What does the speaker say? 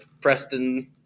Preston